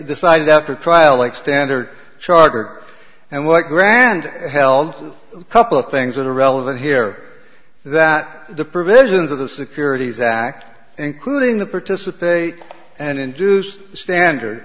decided after a trial like standard chartered and what grand held a couple of things that are relevant here that the provisions of the security zakk including the participate and induced the standard